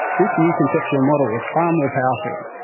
this new conceptual model was far more powerful.